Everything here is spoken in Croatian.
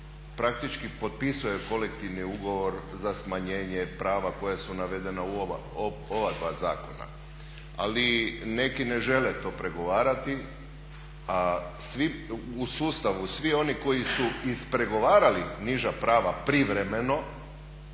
praktički potpisuje kolektivni ugovor za smanjenje prava koja su navedena u ova dva zakona, ali neki ne žele to pregovarati. U sustavu svi oni koji su ispregovarali niža prava privremeno